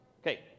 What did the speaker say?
Okay